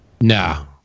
no